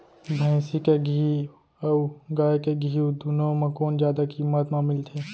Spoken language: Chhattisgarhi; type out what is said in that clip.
भैंसी के घीव अऊ गाय के घीव दूनो म कोन जादा किम्मत म मिलथे?